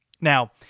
Now